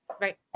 Right